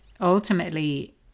ultimately